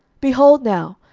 behold now,